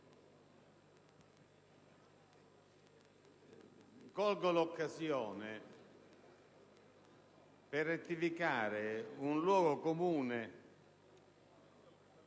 Colgo l'occasione per rettificare un luogo comune